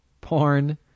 porn